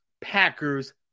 Packers